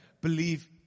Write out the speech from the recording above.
believe